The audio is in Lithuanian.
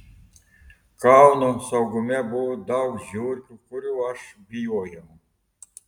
kauno saugume buvo daug žiurkių kurių aš bijojau